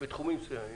בתחומים מסוימים,